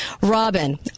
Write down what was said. Robin